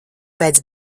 pēc